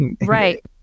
Right